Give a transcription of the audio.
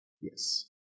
Yes